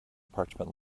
parchment